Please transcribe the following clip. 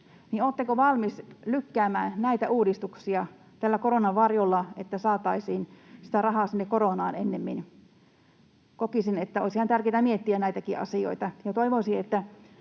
Oletteko valmis lykkäämään näitä uudistuksia tällä koronan varjolla, että saataisiin sitä rahaa sinne koronaan ennemmin? Kokisin, että olisi ihan tärkeätä miettiä näitäkin asioita,